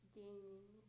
gaming